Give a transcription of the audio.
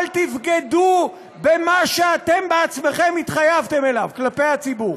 אל תבגדו במה שאתם בעצמכם התחייבתם לו כלפי הציבור.